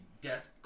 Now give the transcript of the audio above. death